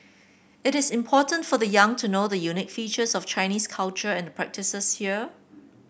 it is important for the young to know the unique features of Chinese culture and the practices here